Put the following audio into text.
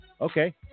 Okay